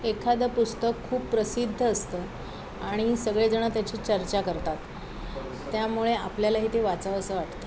एखादं पुस्तक खूप प्रसिद्ध असतं आणि सगळेजण त्याची चर्चा करतात त्यामुळे आपल्यालाही ते वाचावंसं वाटतं